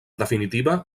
definitiva